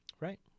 Right